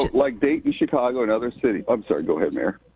like dayton, chicago, and other cities. i'm sorry, go ahead, mayor.